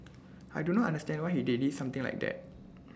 I do not understand why they did IT something like that